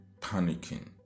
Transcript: panicking